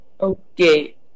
Okay